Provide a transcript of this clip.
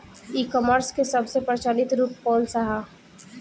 ई कॉमर्स क सबसे प्रचलित रूप कवन सा ह?